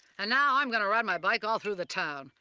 and now i'm gonna ride my bike all through the town.